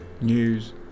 news